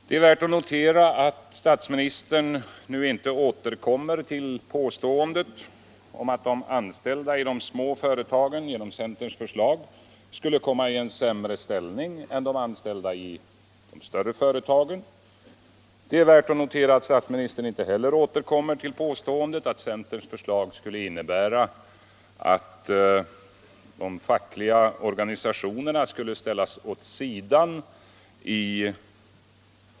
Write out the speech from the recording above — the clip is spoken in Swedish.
Det är värt att notera att statsministern nu inte återkommer till påståendet att de anställda i de små företagen genom centerns förslag skulle komma i en sämre ställning än de som är anställda i de större företagen, och det är värt att lägga märke till att statsministern inte heller återkommer till påståendet att centerns förslag skulle betyda att de fackliga organisationerna skulle ställas åt sidan.